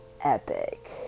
epic